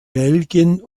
belgien